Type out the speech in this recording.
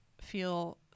feel